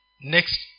next